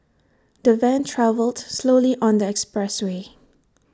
the van travelled slowly on the expressway